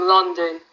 London